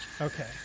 Okay